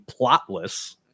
plotless